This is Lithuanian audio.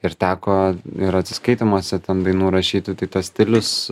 ir teko ir atsiskaitymuose ten dainų rašyti tai tas stilius